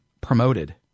promoted